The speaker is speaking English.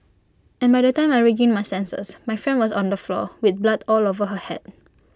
and by the time I regained my senses my friend was on the floor with blood all over her Head